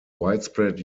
widespread